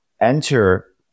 enter